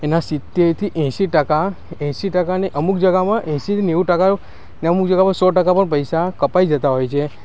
એના સિત્તેરથી એંસી ટકા એંસી ટકા નહીં અમુક જગ્યામાં એંસીથી નેવું ટકા ને અમુક જગ્યામાં સો ટકા પણ પૈસા કપાઈ જતાં હોય છે